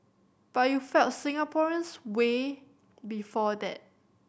but you felt Singaporeans way before that